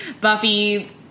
buffy